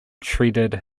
treated